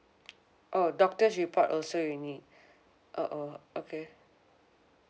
oh doctor's report also you need oh oh okay